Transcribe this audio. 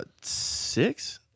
six